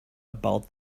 about